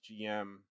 GM